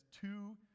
two